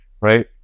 right